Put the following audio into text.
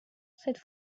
cette